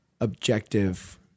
objective